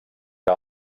que